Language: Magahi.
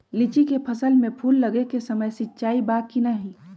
लीची के फसल में फूल लगे के समय सिंचाई बा कि नही?